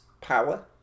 power